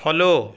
follow